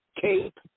Cape